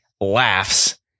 laughs